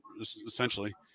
essentially